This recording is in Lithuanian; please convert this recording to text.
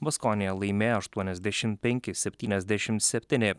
gaskonija laimėjo aštuoniasdešim penki septyniasdešim septyni